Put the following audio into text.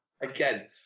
again